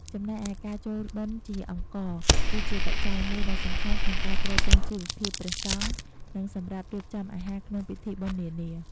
ចំណែកឯ ការចូលបុណ្យជាអង្ករ គឺជាបច្ច័យមួយដ៏សំខាន់ក្នុងការទ្រទ្រង់ជីវភាពព្រះសង្ឃ និងសម្រាប់រៀបចំអាហារក្នុងពិធីបុណ្យនានា។